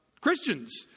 Christians